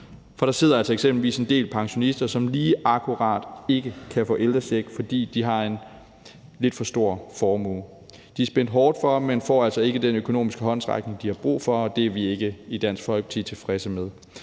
der sidder altså eksempelvis en del pensionister, som lige akkurat ikke kan få ældrecheck, fordi de har en lidt for stor formue. De er spændt hårdt for, men får altså ikke den økonomiske håndsrækning, de har brug for, og det er vi i Dansk Folkeparti ikke tilfredse med.